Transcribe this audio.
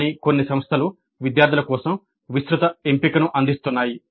కానీ కొన్ని సంస్థలు విద్యార్థుల కోసం విస్తృత ఎంపికను అందిస్తున్నాయి